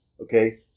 okay